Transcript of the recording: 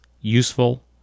Useful